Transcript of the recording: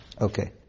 Okay